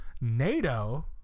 NATO